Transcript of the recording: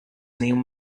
name